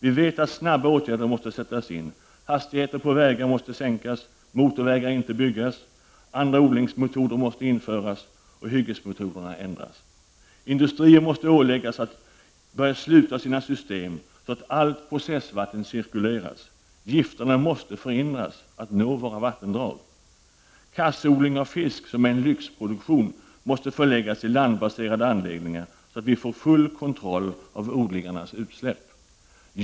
Vi vet att snabba åtgärder måste sättas in, hastigheter på vägar måste sänkas, motorvägar får inte byggas, andra odlingsmetoder måste införas, och hyggesmetoder ändras. Industrier måste åläggas att sluta sina system så att allt processvatten cirkuleras. Gifterna måste förhinras från att nå våra vattendrag. Kassodling av fisk, som är en lyxproduktion, måste förläggas i landbaserade anläggningar så att vi får full kontroll av odlingarnas utsläpp.